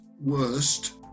worst